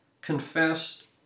confessed